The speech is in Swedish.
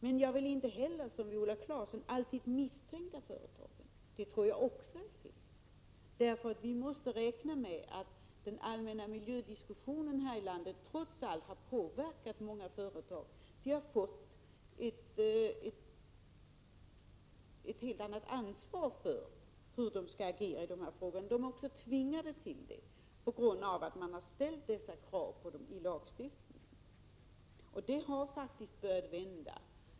Men jag vill inte heller, som Viola Claesson, alltid misstänka företagen. Det tror jag också är fel. Vi måste nämligen räkna med att den allmänna miljödiskussionen här i landet trots allt har påverkat många företag. De har fått ett helt annat ansvar och sätt att agera. De är också tvingade till det, på grund av att lagstiftningen har ställt dessa krav på dem. Det har faktiskt börjat vända.